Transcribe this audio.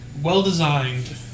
well-designed